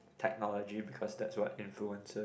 technologies because that's what influence us